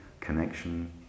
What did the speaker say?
connection